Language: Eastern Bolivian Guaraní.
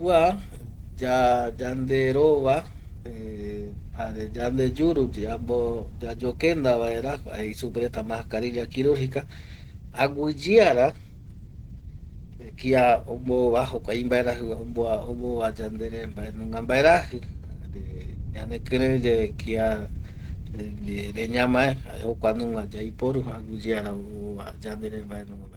Kua yanderova eh jare yande yuru yambo yayokenda vaera jei supe reta mascarilla kirurjika aguiyeara kia ombova jokua imbaerajiva ombova yandere mbaenunga mbaeraji, jare ñanekirei yae kiare ñamae jae jokua nunga yaiporu aguiyeara ova yandere mbaenunga mbaeraji